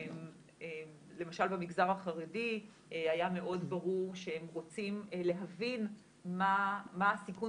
למשל במגזר החרדי היה מאוד ברור שהם רוצים להבין מה הסיכון